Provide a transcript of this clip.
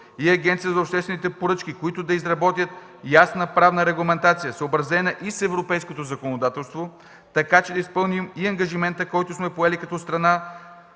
и Агенцията по обществените поръчки, които да изработят ясна правна регламентация, съобразена с европейското законодателство, така че да изпълним и ангажимента, който сме поели като страна